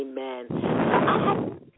amen